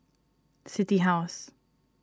City House